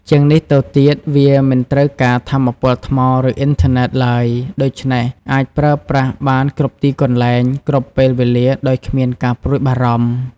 ជាងនេះទៅទៀត វាមិនត្រូវការថាមពលថ្ម ឬអ៊ីនធឺណេត ឡើយ ដូច្នេះអាចប្រើប្រាស់បានគ្រប់ទីកន្លែង គ្រប់ពេលវេលាដោយគ្មានការព្រួយបារម្ភ។